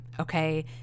okay